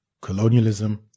Colonialism